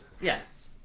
Yes